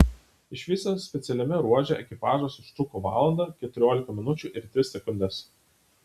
iš viso specialiajame ruože ekipažas užtruko valandą keturiolika minučių ir tris sekundes